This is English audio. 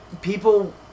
people